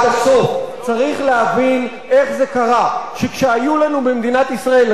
יש להבין איך זה קרה שכשהיו לנו במדינת ישראל רבע מהדירות,